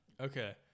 Okay